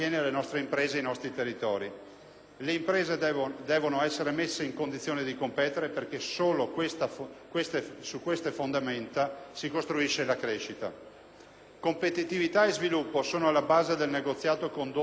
Le imprese devono essere messe in condizione di competere perché solo su queste fondamenta si costruisce la crescita. Competitività e sviluppo sono alla base del negoziato condotto la scorsa settimana a Bruxelles